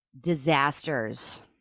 disasters